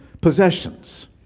possessions